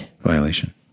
violation